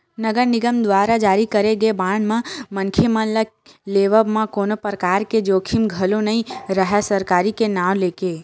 नगर निगम दुवारा जारी करे गे बांड म मनखे मन ल लेवब म कोनो परकार के जोखिम घलो नइ राहय सरकारी के नांव लेके